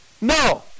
No